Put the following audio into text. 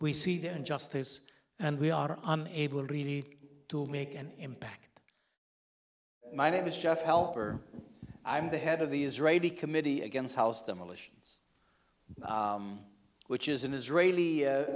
the injustice and we are able really to make an impact my name is jeff helper i'm the head of the israeli committee against house demolitions which is an israeli